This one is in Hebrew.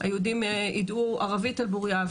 היהודים ידעו ערבית על בוריה,